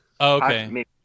Okay